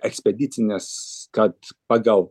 ekspedicinės kad pagal